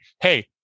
hey